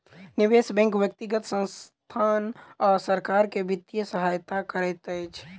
निवेश बैंक व्यक्तिगत संसथान आ सरकार के वित्तीय सहायता करैत अछि